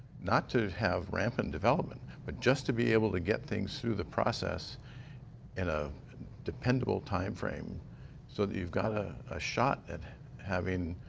not to have rampant development, but just to be able to get things through the process in a dependable time frame so that you've got ah a shot at having